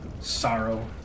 sorrow